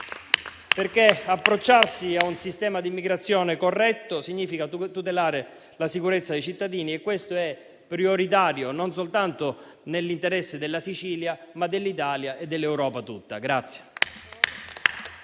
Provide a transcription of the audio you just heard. perché approcciarsi a un sistema di immigrazione corretto significa tutelare la sicurezza dei cittadini. E questo è prioritario nell'interesse non soltanto della Sicilia, ma dell'Italia e dell'Europa tutta.